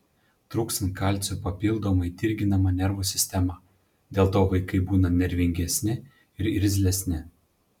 trūkstant kalcio papildomai dirginama nervų sistema dėl to vaikai būna nervingesni ir irzlesni